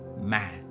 man